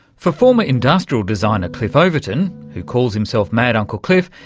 for former industrial designer cliff overton, who calls himself mad uncle cliff,